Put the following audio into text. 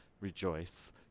Rejoice